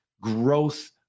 growth